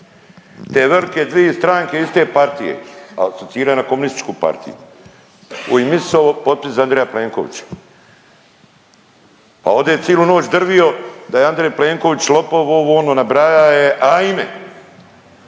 Te velike dve stranke iste partije, asocira na komunističku partiju. U ime Isusovo potpis za Andreja Plenkovića. A ovdje je cilu noć drvio da Andrej Plenković lopov, ovo ono, nabraja je ajme.